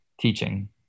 teaching